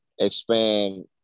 expand